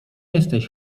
jesteś